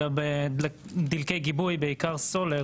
אלא בדלקי גיבוי בעיקר סולר